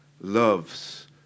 loves